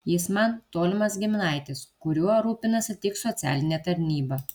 jis man tolimas giminaitis kuriuo rūpinasi tik socialinė tarnyba